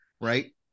right